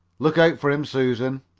look out for him, susan.